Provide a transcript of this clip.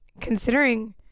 considering